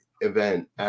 event